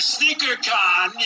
SneakerCon